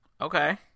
Okay